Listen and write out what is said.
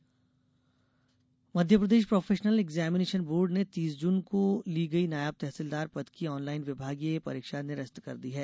परीक्षा निरस्त Madhya Pradesh professional examination board ने तीस जून को ली गई नायब तहसीलदार पद की ऑनलाइन विभागीय परीक्षा निरस्त कर दी है